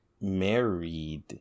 married